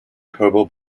herbal